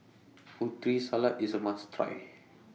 Putri Salad IS A must Try